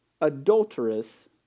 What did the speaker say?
adulterous